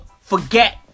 forget